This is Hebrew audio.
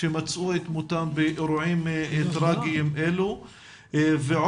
שמצאו את מותם באירועים טרגיים אלה ועוד